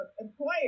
employer